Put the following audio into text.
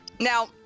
Now